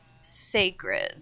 sacred